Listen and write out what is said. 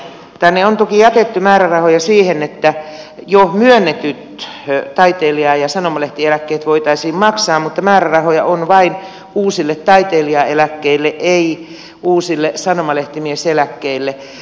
tänne on toki jätetty määrärahoja siihen että jo myönnetyt taiteilija ja sanomalehtimieseläkkeet voitaisiin maksaa mutta määrärahoja on vain uusille taitelijaeläkkeille ei uusille sanomalehtimieseläkkeille